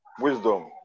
Wisdom